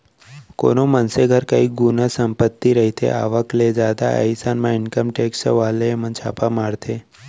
कोनो मनसे घर कई गुना संपत्ति रहिथे आवक ले जादा अइसन म इनकम टेक्स वाले मन ह छापा मारथे